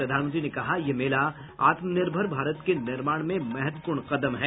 प्रधानमंत्री ने कहा यह मेला आत्मनिर्भर भारत के निर्माण में महत्वपूर्ण कदम है